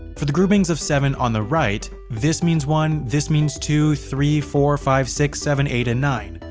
for the groupings of seven on the right, this means one, this means two, three, four, five, six, seven, eight, and nine.